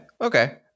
okay